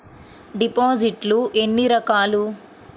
డిపాజిట్లు ఎన్ని రకాలు?